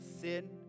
sin